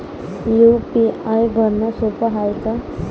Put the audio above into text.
UPI भरनं सोप हाय का?